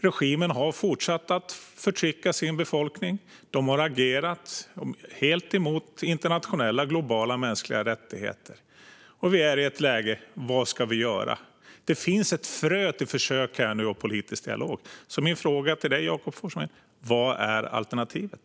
Regimen har fortsatt att förtrycka sin befolkning. Den har agerat helt emot internationella, globala mänskliga rättigheter. Vi är i ett läge då vi måste fråga oss: Vad ska vi göra? Nu finns det ett frö till försök och politisk dialog. Min fråga till dig, Jakob Forssmed, är därför: Vad är alternativet?